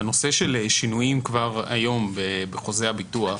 בנושא של שינויים בחוזה הביטוח,